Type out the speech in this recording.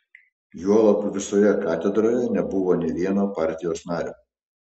juolab visoje katedroje nebuvo nė vieno partijos nario